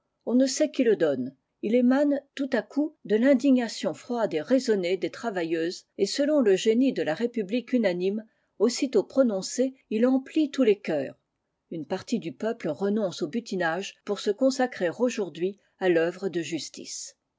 on ne sait qui le donne il émane tout l coup de l'indignation froide et raisonnée des travailleuses et selon le génie de la république unanime aussitôt prononcé il emplit tous les w i une partie du peuple renonce au b lage pour se consacrer aujourd'hui à c e de justice